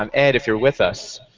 um ed if you're with us,